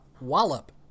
Wallop